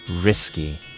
risky